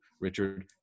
Richard